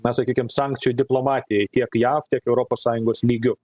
na sakykim sankcijų diplomatijai tiek jav tiek europos sąjungos lygiu